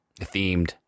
themed